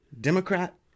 Democrat